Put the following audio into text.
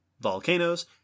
volcanoes